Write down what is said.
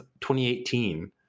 2018